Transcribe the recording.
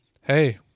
Hey